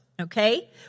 Okay